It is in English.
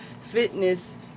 Fitness